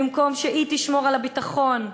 במקום שהיא תשמור על הביטחון.